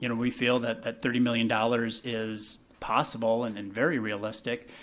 you know we feel that that thirty million dollars is possible and and very realistic.